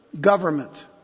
government